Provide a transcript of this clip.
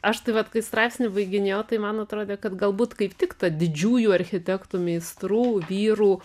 aš tai vat kai straipsniu baiginėjau tai man atrodė kad galbūt kaip tik ta didžiųjų architektų meistrų vyrų